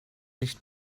nicht